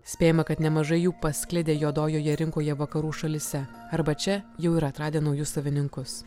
spėjama kad nemažai jų pasklidę juodojoje rinkoje vakarų šalyse arba čia jau yra atradę naujus savininkus